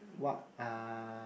what are